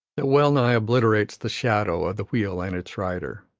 that well-nigh obliterates the shadow of the wheel and its rider.